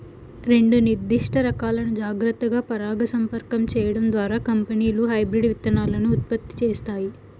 రెండు నిర్దిష్ట రకాలను జాగ్రత్తగా పరాగసంపర్కం చేయడం ద్వారా కంపెనీలు హైబ్రిడ్ విత్తనాలను ఉత్పత్తి చేస్తాయి